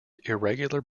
irregular